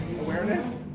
Awareness